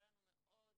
היה לנו מאוד קשה,